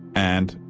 and,